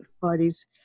parties